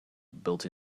built